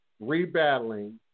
rebattling